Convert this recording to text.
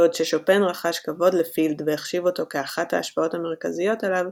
בעוד ששופן רחש כבוד לפילד והחשיב אותו כאחת ההשפעות המרכזיות עליו,